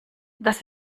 das